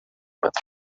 but